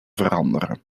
veranderen